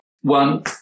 One